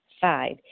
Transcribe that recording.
Five